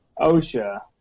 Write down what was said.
OSHA